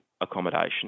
accommodation